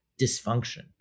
dysfunction